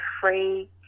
free